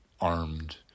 armed